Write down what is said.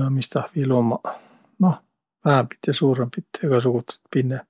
ja mis tah viil ummaq. Noh, vähämbit ja suurõmbit, egäsugutsit pinne.